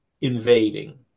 invading